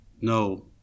No